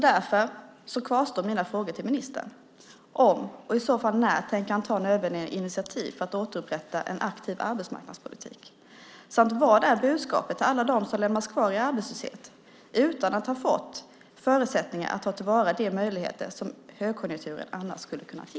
Därför kvarstår mina frågor till ministern om, och i så fall när, han tänker ta nödvändiga initiativ för att återupprätta en aktiv arbetsmarknadspolitik. Vad är budskapet till alla dem som lämnas kvar i arbetslöshet utan att ha fått förutsättningar att ta till vara de möjligheter som högkonjunkturen annars skulle ha kunnat ge?